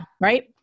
right